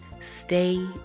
Stay